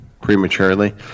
prematurely